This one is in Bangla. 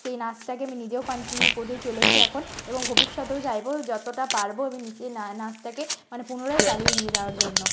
সেই নাচটাকে আমি নিজেও কনটিনিউ করে চলেছি এখন এবং ভবিষ্যতেও চাইবো যতোটা পারবো আমি নিজে নাচটাকে মানে পুনরায় চালিয়ে নিয়ে যাওয়ার জন্য